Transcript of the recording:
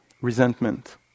resentment